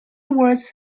was